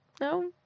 No